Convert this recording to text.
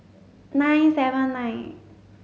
nine seven nine